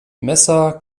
messer